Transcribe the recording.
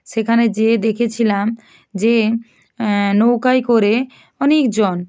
সেখানে যেয়ে দেখেছিলাম যে নৌকায় করে অনেকজন